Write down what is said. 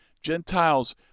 Gentiles